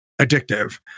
addictive